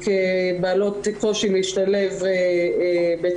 כבעלות קושי להשתלב בתעסוקה.